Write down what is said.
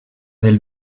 del